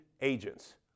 agents